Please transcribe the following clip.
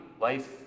Life